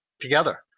together